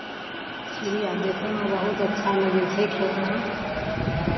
चिड़िया देखयमे बहुत अच्छा लगै छै खेतमे